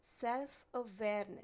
self-awareness